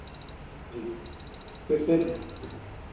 जी